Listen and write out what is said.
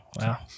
Wow